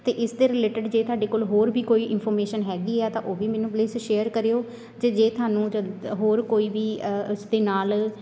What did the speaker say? ਅਤੇ ਇਸਦੇ ਰਿਲੇਟਡ ਜੇ ਤੁਹਾਡੇ ਕੋਲ ਹੋਰ ਵੀ ਕੋਈ ਇਨਫੋਰਮੇਸ਼ਨ ਹੈਗੀ ਆ ਤਾਂ ਉਹ ਵੀ ਮੈਨੂੰ ਪਲੀਸ ਸ਼ੇਅਰ ਕਰਿਓ ਅਤੇ ਜੇ ਤੁਹਾਨੂੰ ਜਦ ਹੋਰ ਕੋਈ ਵੀ ਉਸਦੇ ਨਾਲ